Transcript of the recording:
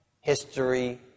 history